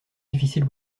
difficile